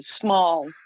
small